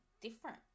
different